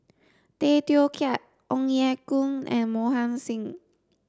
Tay Teow Kiat Ong Ye Kung and Mohan Singh